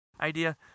idea